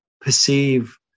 perceive